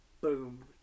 Boom